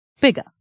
bigger